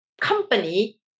company